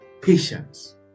patience